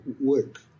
work